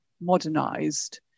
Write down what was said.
modernized